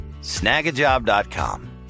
Snagajob.com